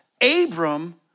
Abram